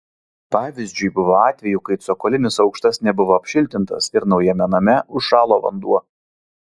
pavyzdžiui buvo atvejų kai cokolinis aukštas nebuvo apšiltintas ir naujame name užšalo vanduo